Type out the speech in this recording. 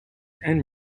and